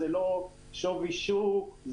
זה לא שווי שוק,